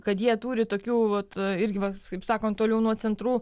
kad jie turi tokių vat irgi va kaip sakant toliau nuo centrų